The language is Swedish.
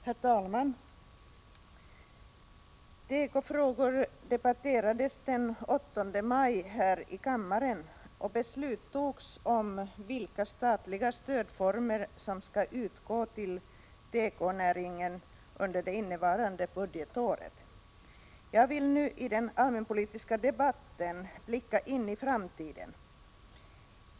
Herr talman! Tekofrågor debatterades den 8 maj här i kammaren, och beslut fattades om vilka former av statligt stöd som skall utgå till tekonäringen under det innevarande budgetåret. Jag vill nu i den allmänpolitiska debatten blicka in i framtiden.